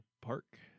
Park